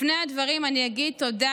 לפני הדברים אני אגיד תודה.